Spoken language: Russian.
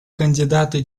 кандидаты